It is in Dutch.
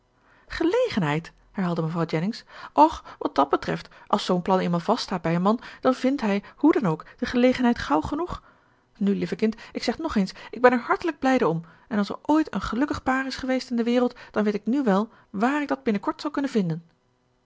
gelegenheid herhaalde mevrouw jennings och wat dàt betreft als zoo'n plan eenmaal vaststaat bij een man dan vindt hij hoe dan ook de gelegenheid gauw genoeg nu lieve kind ik zeg nog eens ik ben er hartelijk blijde om en als er ooit een gelukkig paar is geweest in de wereld dan weet ik nu wèl wààr ik dat binnenkort zal kunnen vinden